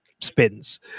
spins